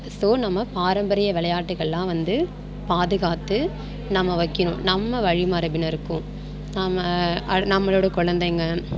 so நம்ம பாரம்பரிய விளையாட்டுக்கள்லாம் வந்து பாதுகாத்து நம்ம வைக்கணும் நம்ம வழி மரபினருக்கும் நாம அ நம்மளோடய குழந்தைங்க